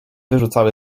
wyrzucały